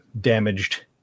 damaged